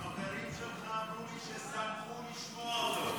החברים שלך אמרו לי ששמחו לשמוע אותו.